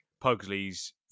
Pugsley's